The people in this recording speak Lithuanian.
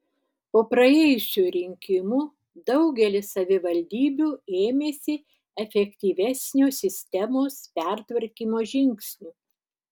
po praėjusių rinkimų daugelis savivaldybių ėmėsi efektyvesnio sistemos pertvarkymo žingsnių